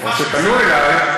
פנו אלי,